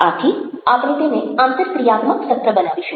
આથી આંપણે તેને આંતરક્રિયાત્મક સત્ર બનાવીશું